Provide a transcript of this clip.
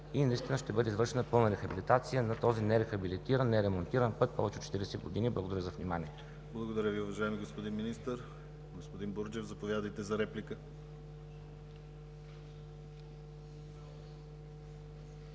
и наистина ще бъде извършена пълна рехабилитация на този нерехабилитиран, неремонтиран път повече от 40 години. Благодаря за вниманието. ПРЕДСЕДАТЕЛ ДИМИТЪР ГЛАВЧЕВ: Благодаря Ви, уважаеми господин Министър. Господин Бурджев, заповядайте за реплика.